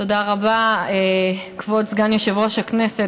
תודה רבה, כבוד סגן יושב-ראש הכנסת.